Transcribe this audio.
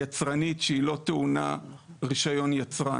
יצרנית שהיא טעונה רישיון יצרן.